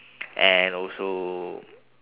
and also